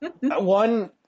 one